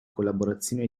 collaborazioni